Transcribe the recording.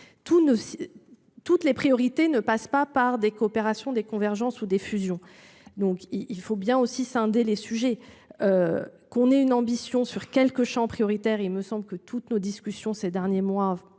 Toutes les priorités ne passe pas par des coopérations, des convergences ou des fusions. Donc il faut bien aussi scinder les sujets. Qu'on ait une ambition sur quelques chose. Autoritaire, il me semble que toutes nos discussions ces derniers mois